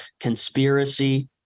conspiracy